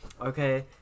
Okay